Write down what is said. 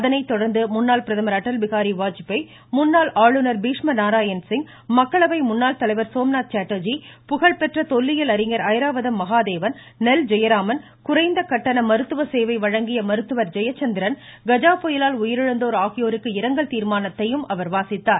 அதனை தொடர்ந்து முன்னாள் பிரதமர் அடல்பிஹாரி வாஜ்பேய் முன்னாள் ஆளுநர் பீஷ்ம நாராயண்சிங் மக்களவை முன்னாள் தலைவர் சோம்நாத் சாட்டர்ஜி புகழ்பெற்ற தொல்லியல் அறிஞர் ஐராவதம் மகாதேவன் நெல் ஜெயராமன் குறைந்த மருத்துவ சேவை வழங்கிய மருத்துவர் ஜெயசந்திரன் கஜா புயலால் கட்டண உயிரிழந்தோர் ஆகியோருக்கு இரங்கல் தீர்மானத்தையும் அவர் வாசித்தார்